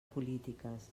polítiques